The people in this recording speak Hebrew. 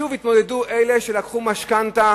שוב יתמודדו אלה שלקחו משכנתה